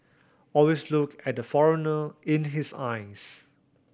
always look at the foreigner in his eyes